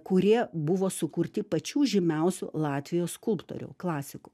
kurie buvo sukurti pačių žymiausių latvijos skulptorių klasikų